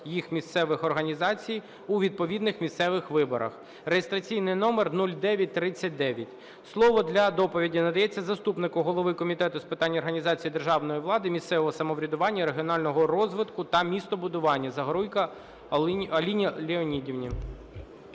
її місцевих організацій у відповідних місцевих виборах (реєстраційний номер 0939). Слово для доповіді надається заступнику голови Комітету з питань організації державної влади, місцевого самоврядування, регіонального розвитку та містобудування Загоруйко Аліні Леонідівні.